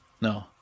No